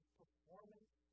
performance